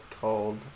called